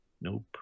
Nope